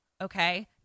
Okay